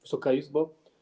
Wysoka Izbo!